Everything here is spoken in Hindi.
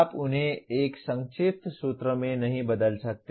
आप उन्हें एक संक्षिप्त सूत्र में नहीं बदल सकते